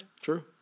True